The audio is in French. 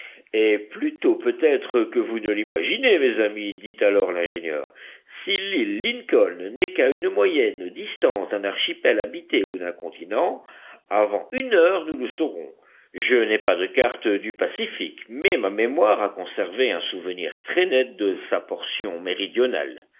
et plus tôt peut-être que vous ne l'imaginez mes amis dit alors l'ingénieur si l'île lincoln n'est qu'à une moyenne distance d'un archipel habité ou d'un continent avant une heure nous le saurons je n'ai pas de carte du pacifique mais ma mémoire a conservé un souvenir très net de sa portion méridionale